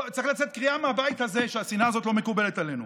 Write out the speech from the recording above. צריכה לצאת קריאה מהבית הזה שהשנאה הזאת לא מקובלת עלינו.